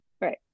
Right